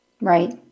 Right